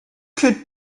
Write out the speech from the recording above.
could